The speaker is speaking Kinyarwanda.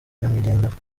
nyamwigendaho